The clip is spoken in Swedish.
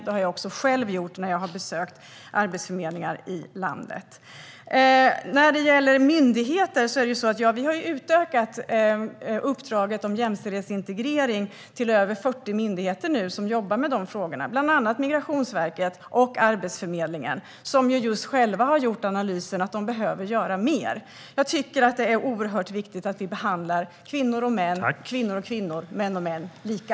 Det har jag också själv gjort när jag har besökt arbetsförmedlingar i landet. När det gäller myndigheter har vi utökat uppdraget om jämställdhetsintegrering. Det är nu över 40 myndigheter som jobbar med de frågorna, bland annat Migrationsverket och Arbetsförmedlingen. Och de har själva gjort analysen att de behöver göra mer. Det är viktigt att vi behandlar kvinnor och män, kvinnor och kvinnor, män och män lika.